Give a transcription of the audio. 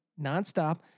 nonstop